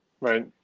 Right